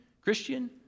Christian